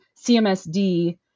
CMSD